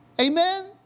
Amen